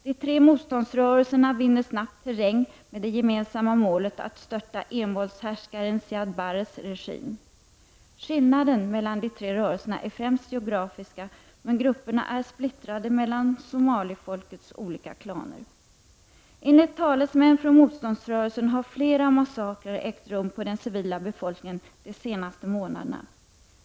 De tre motståndsrörelserna vinner snabbt terräng med det gemensamma målet att störta envåldshärskaren Siad Barres regim. Skillnaden mellan de tre rörelserna är främst geografiska, men grupperna är splittrade mellan somaliafolkets olika klaner. Enligt talesmän från motståndsrörelsen har flera massakrer ägt rum på den civila befolkningen de senaste månaderna.